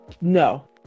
No